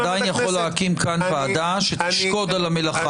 אתה עדיין יכול להקים כאן ועדה שתשקוד על המלאכה.